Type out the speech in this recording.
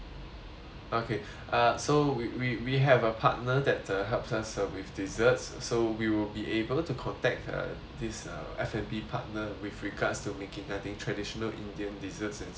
okay uh so we we we have a partner that uh helps us served with desserts so we will be able to contact uh this uh F&B partner with regards to making I think traditional indian desserts and sweets